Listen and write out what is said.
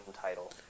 title